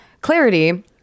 Clarity